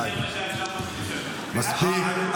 די, מספיק.